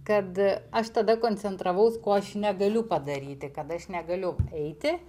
kad aš tada koncentravaus ko aš negaliu padaryti kad aš negaliu eiti